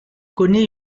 connait